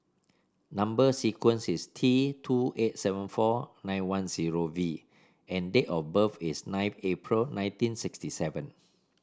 number sequence is T two eight seven four nine one zero V and date of birth is nine April nineteen sixty seven